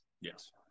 Yes